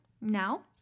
now